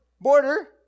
border